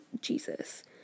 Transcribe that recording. Jesus